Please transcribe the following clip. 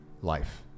life